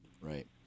Right